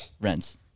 Rents